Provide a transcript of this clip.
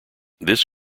this